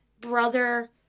brother